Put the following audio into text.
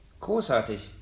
Großartig